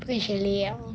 chalet ah